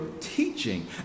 teaching